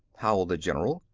howled the general.